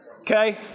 Okay